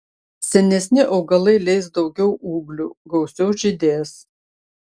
senesni augalai leis daugiau ūglių gausiau žydės